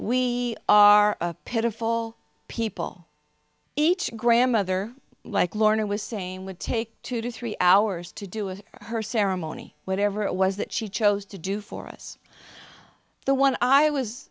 we are a pitiful people each grandmother like laura was saying would take two to three hours to do with her ceremony whatever it was that she chose to do for us the one i was